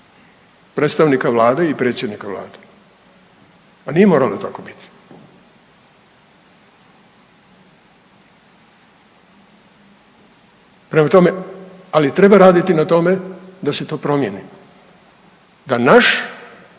predstavnika vlade i predsjednika vlade, a nije moralo tako biti. Prema tome, ali treba raditi na tome da se to promijeni da naš,